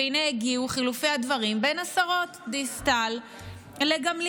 והינה הגיעו חילופי הדברים בין השרות דיסטל לגמליאל.